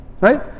Right